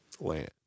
land